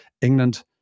England